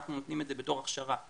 אנחנו נותנים את זה בתור הכשרה,